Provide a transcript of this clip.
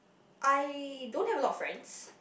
I don't have a lot of friends